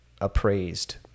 appraised